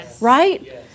right